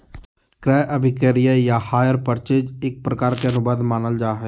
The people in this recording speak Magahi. क्रय अभिक्रय या हायर परचेज एक प्रकार के अनुबंध मानल जा हय